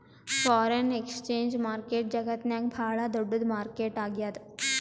foreign exchange market ಜಗತ್ತ್ನಾಗೆ ಭಾಳ್ ದೊಡ್ಡದ್ ಮಾರುಕಟ್ಟೆ ಆಗ್ಯಾದ